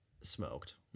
smoked